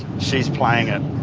she's playing it